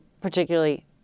particularly